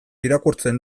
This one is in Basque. irakurtzen